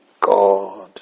God